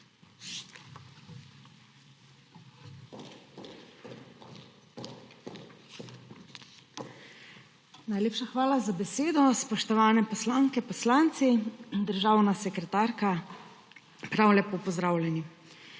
Najlepša hvala za besedo. Spoštovani poslanke, poslanci, državna sekretarka, prav lepo pozdravljeni!